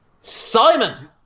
Simon